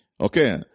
Okay